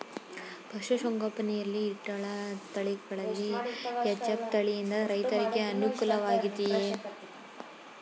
ಪಶು ಸಂಗೋಪನೆ ಯಲ್ಲಿ ಇಟ್ಟಳು ತಳಿಗಳಲ್ಲಿ ಎಚ್.ಎಫ್ ತಳಿ ಯಿಂದ ರೈತರಿಗೆ ಅನುಕೂಲ ವಾಗಿದೆಯೇ?